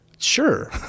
Sure